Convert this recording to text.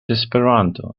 esperanto